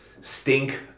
stink